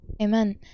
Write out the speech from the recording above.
Amen